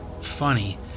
funny